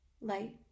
light